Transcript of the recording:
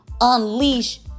unleash